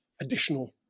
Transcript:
additional